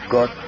God